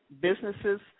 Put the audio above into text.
businesses